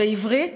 בעברית,